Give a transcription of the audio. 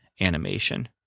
animation